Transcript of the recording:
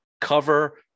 cover